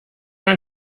ein